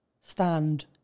stand